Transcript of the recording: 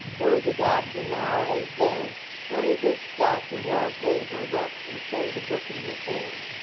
there was a doctor now, as then only this doctor wore a graver look, and carried a book in his hand.